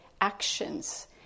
actions